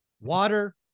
water